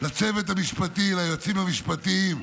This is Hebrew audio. לצוות המשפטי, ליועצים המשפטיים,